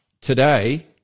today